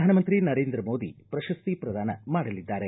ಪ್ರಧಾನಮಂತ್ರಿ ನರೇಂದ್ರ ಮೋದಿ ಪ್ರತಸ್ತಿ ಪ್ರದಾನ ಮಾಡಲಿದ್ದಾರೆ